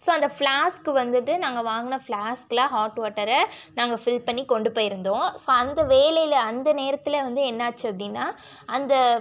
so அந்த flask வந்துட்டு நாங்கள் வாங்கின ஃபிளாஸ்கில் ஹாட் வாட்டரை நாங்கள் ஃபில் பண்ணி கொண்டு போயிருந்தோம் ஸோ அந்த வேலையில் அந்த நேரத்தில் வந்து என்னாச்சு அப்படின்னா அந்த